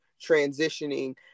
transitioning